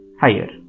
higher